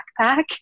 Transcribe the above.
backpack